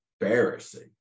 Embarrassing